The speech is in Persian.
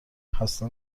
خسته